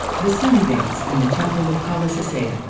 the sun gates and the temple of kalasasaya.